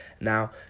Now